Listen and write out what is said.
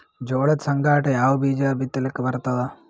ಜೋಳದ ಸಂಗಾಟ ಯಾವ ಬೀಜಾ ಬಿತಲಿಕ್ಕ ಬರ್ತಾದ?